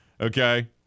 Okay